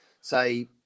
say